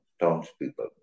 townspeople